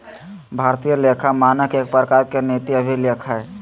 भारतीय लेखा मानक एक प्रकार के नीति अभिलेख हय